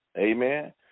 Amen